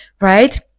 right